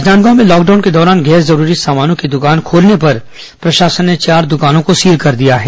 राजनांदगांव में लॉकडाउन के दौरान गैर जरूरी सामानों की दुकान खोलने पर प्रशासन ने चार दुकानों को सील कर दिया है